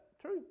true